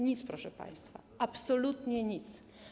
Nic, proszę państwa, absolutnie nic.